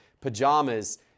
pajamas